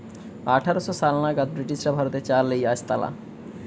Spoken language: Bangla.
আঠার শ সাল নাগাদ ব্রিটিশরা ভারতে চা লেই আসতালা